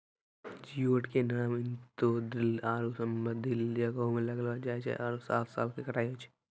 geoduck के नरम intertidal आरो सब्तिदल जग्हो में लगैलो जाय छै आरो सात साल में कटाई होय छै